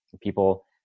people